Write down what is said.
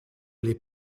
les